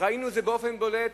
וראינו את זה באופן בולט